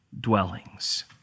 dwellings